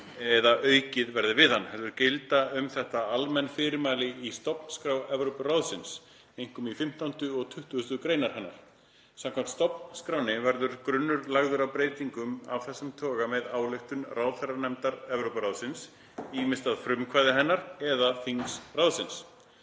eða aukið verði við hann, heldur gilda um þetta almenn fyrirmæli í stofnskrá Evrópuráðsins, einkum í 15. og 20. gr. hennar. Samkvæmt stofnskránni verður grunnur lagður að breytingum af þessum toga með ályktun ráðherranefndar Evrópuráðsins, ýmist að frumkvæði hennar eða þings ráðsins.